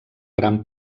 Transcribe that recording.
gran